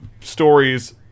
stories